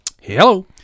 Hello